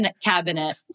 cabinet